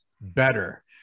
better